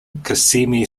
kissimmee